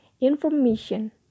information